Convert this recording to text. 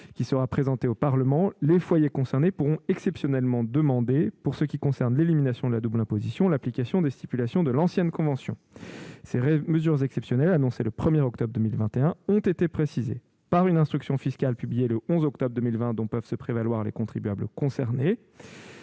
qui sera présentée au Parlement, les foyers concernés pourront exceptionnellement demander, pour ce qui concerne l'élimination de la double imposition, l'application des stipulations de l'ancienne convention. Ces mesures exceptionnelles, annoncées le 1 octobre 2021, ont été précisées par une instruction fiscale, publiée le 11 octobre 2021 et dont peuvent se prévaloir les contribuables concernés,